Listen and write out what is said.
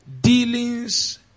dealings